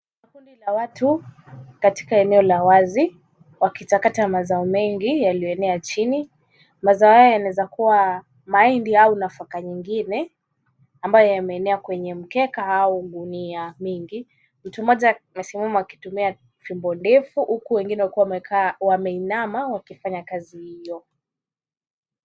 Kundi la watu katika eneo la wazi wakitakata mazao mengi yaliyoenea chini. Mazao hayo yanaweza mahindi au nafaka nyingine ambayo yameenea kwenye mkeka au gunia mingi. Mtu mmoja amesimama akitumia fimbo ndefu huku wengine wakiwa wameinama wakifanya kazi hiyo.